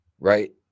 Right